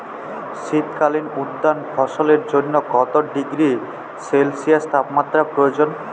শীত কালীন উদ্যান ফসলের জন্য কত ডিগ্রী সেলসিয়াস তাপমাত্রা প্রয়োজন?